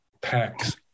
packs